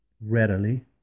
readily